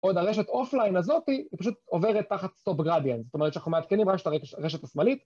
עוד הרשת אוף ליין הזאתי, היא פשוט עוברת תחת סטופ גרדיאנס, זאת אומרת שאנחנו מעדכנים רק את הרשת השמאלית